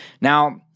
Now